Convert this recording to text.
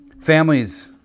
Families